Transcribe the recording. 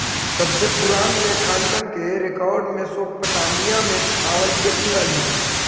सबसे पूरान लेखांकन के रेकॉर्ड मेसोपोटामिया में पावल गेले हलइ